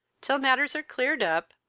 till matters are cleared up,